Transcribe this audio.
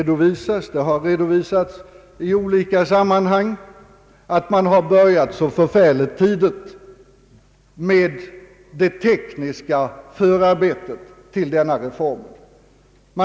Det har redovisats i olika sammanhang att de tekniska förarbetena till denna reform började tidigt.